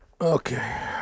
Okay